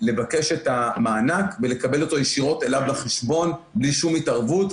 לבקש את המענק ולקבל אותו ישירות אליו לחשבון בלי שום התערבות.